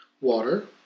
water